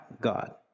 God